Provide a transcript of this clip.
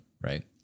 Right